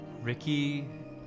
Ricky